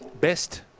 best